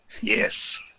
Yes